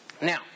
Now